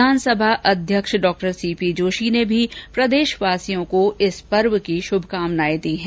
विधानसभा अध्यक्ष Dr CP Joshi ने भी प्रदेशवासियों को इस पर्व की शुभकामनाएं दी हैं